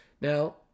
Now